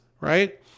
right